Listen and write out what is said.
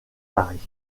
paris